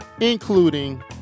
including